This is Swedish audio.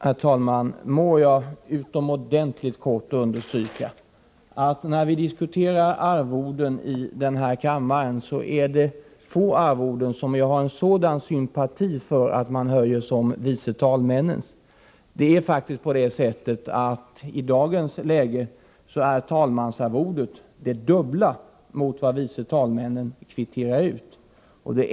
Herr talman! Må jag utomordentligt kort understryka att när vi diskuterar arvoden i denna kammare är det få arvoden som jag har en sådan sympati för att man höjer som vice talmännens. Det är faktiskt på det sättet att i dagens läge är talmannens arvode det dubbla mot vad vice talmännen kvitterar ut.